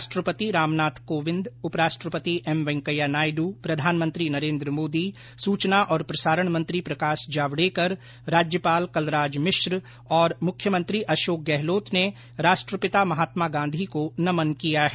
राष्ट्रपति रामनाथ कोविंद उप राष्ट्रपति एम वेंकैया नायडु प्रधानमंत्री नरेन्द्र मोदी सूचना और प्रसारण मंत्री प्रकाश जावडेकर राज्यपाल कलराज मिश्र और मुख्यमंत्री अशोक गहलोत ने राष्ट्रपिता महात्मा गांधी को नमन किया है